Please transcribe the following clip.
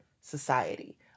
society